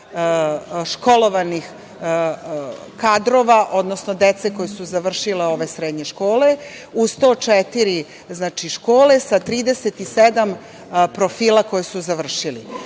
školovanih kadrova, odnosno dece koja su završila ove srednje škole, u 104 škole, sa 37 profila koje su završili. Sada